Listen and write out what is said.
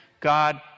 God